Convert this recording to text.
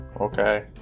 Okay